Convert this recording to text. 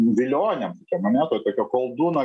vilionėm tokiom ane to tokio koldūno